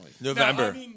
November